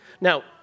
Now